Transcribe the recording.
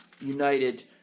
united